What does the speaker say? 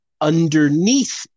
underneath